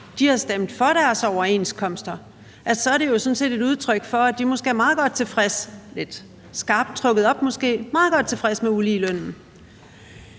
har stemt for deres overenskomster, er det jo sådan set et udtryk for, at de måske er meget godt tilfredse – det